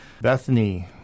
Bethany